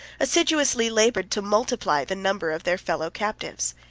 assiduously labored to multiply the number of their fellow-captives.